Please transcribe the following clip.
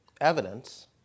evidence